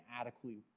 adequately